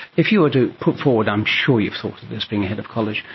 if you were to put forward, i'm sure you've thought of this, being a head of college,